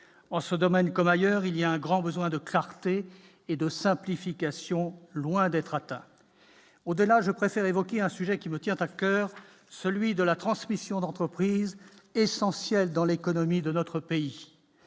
en ce domaine, comme ailleurs, il y a un grand besoin de clarté et de simplification, loin d'être atteint au-delà je préfère évoquer un sujet qui me tient à coeur, celui de la transmission d'entreprise essentiel dans l'économie de notre pays